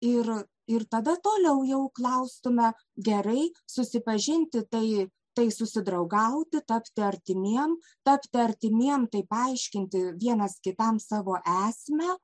ir ir tada toliau jau klaustume gerai susipažinti tai tai susidraugauti tapti artimiesiem tapti artimiesiem tai paaiškinti vienas kitam savo esmę